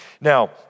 Now